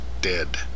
dead